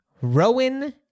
Rowan